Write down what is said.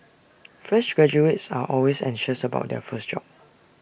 fresh graduates are always anxious about their first job